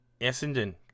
Essendon